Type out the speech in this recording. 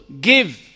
give